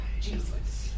Jesus